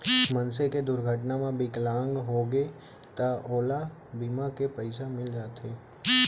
मनसे के दुरघटना म बिकलांग होगे त ओला बीमा के पइसा मिल जाथे